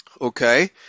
Okay